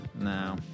No